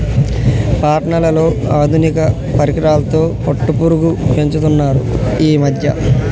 పట్నాలలో ఆధునిక పరికరాలతో పట్టుపురుగు పెంచుతున్నారు ఈ మధ్య